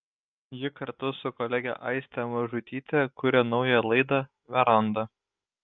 ji kartu su kolege aiste mažutyte kuria naują laidą veranda